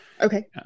Okay